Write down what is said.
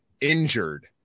injured